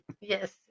Yes